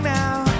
now